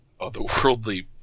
otherworldly